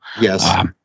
Yes